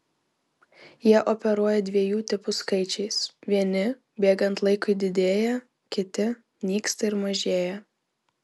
jie operuoja dviejų tipų skaičiais vieni bėgant laikui didėja kiti nyksta ir mažėja